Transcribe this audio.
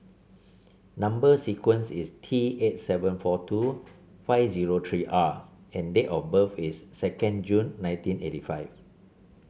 number sequence is T eight seven four two five zero three R and date of birth is second June nineteen eighty five